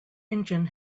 engine